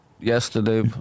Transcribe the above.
Yesterday